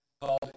called